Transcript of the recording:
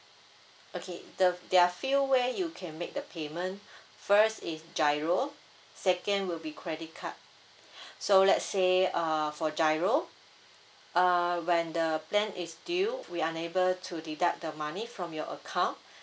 okay the there are few way you can make the payment first is GIRO second will be credit card so let's say err for GIRO err when the plan is due we unable to deduct the money from your account